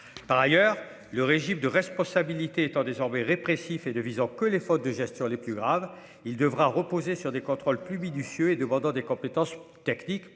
par ailleurs, le régime de responsabilité étant désormais répressif et de visant que les fautes de gestion les plus graves, il devra reposer sur des contrôles plus minutieux et de Bordeaux, des compétences techniques,